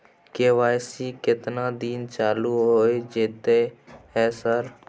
KYC केतना दिन चालू होय जेतै है सर?